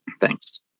Thanks